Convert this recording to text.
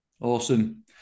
Awesome